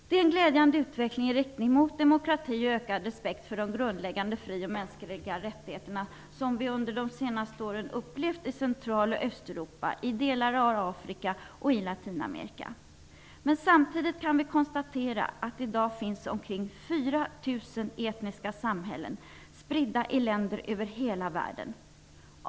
Det är en glädjande utveckling i riktning mot demokrati och ökad respekt för de grundläggande mänskliga fri och rättigheterna som vi under de senaste åren har upplevt i Central och Östeuropa, i delar av Afrika och i Latinamerika. Samtidigt kan vi konstatera att det i dag finns omkring 4 000 etniska samhällen spridda i länder över hela världen.